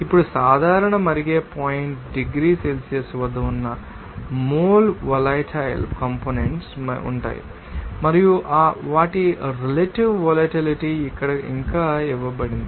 ఇప్పుడు సాధారణ మరిగే పాయింట్ డిగ్రీ సెల్సియస్ వద్ద ఉన్న మోల్ వోలటైల్ కంపోనెంట్స్ మరియు కొన్ని లొ బొయిలింగ్ పాయింట్ గా ఉంటాయి మరియు వాటి రెలెటివ్ వొలటిలిటీ ఇక్కడ ఇంకా ఇవ్వబడింది